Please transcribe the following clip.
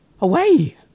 Away